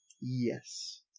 Yes